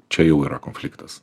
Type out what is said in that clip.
čia jau yra konfliktas